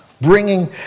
bringing